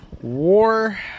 War